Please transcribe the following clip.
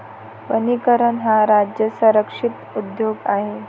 वनीकरण हा राज्य संरक्षित उद्योग आहे